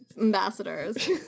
ambassadors